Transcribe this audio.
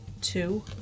two